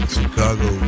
Chicago